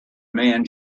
man